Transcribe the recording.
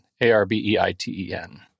a-r-b-e-i-t-e-n